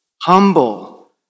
Humble